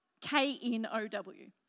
K-N-O-W